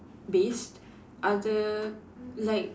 based other like